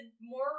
more